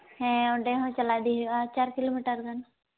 ᱦᱮᱸ ᱚᱸᱰᱮ ᱦᱚᱸ ᱪᱟᱞᱟᱣ ᱤᱫᱤ ᱦᱩᱭᱩᱜᱼᱟ ᱪᱟᱨ ᱠᱤᱞᱳᱢᱤᱴᱟᱨ ᱜᱟᱱ